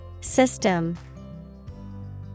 System